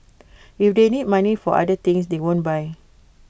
if they need money for other things they won't buy